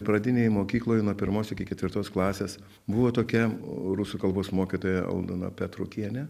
pradinėj mokykloj nuo pirmos iki ketvirtos klasės buvo tokia rusų kalbos mokytoja aldona petrukienė